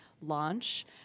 launch